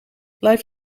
blijf